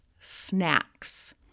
snacks